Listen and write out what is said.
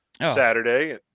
Saturday